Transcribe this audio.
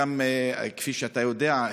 כפי שאתה יודע,